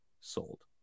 sold